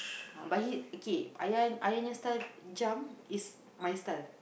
ah but he okay ayah ayahnya stail jam is my style